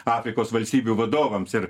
afrikos valstybių vadovams ir